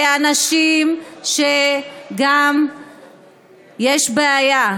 שגם יש בעיה,